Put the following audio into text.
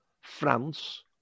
France